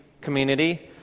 community